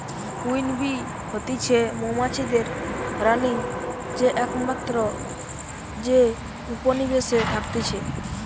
queen bee হতিছে মৌমাছিদের রানী যে একমাত্র যে উপনিবেশে থাকতিছে